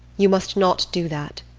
you must not do that.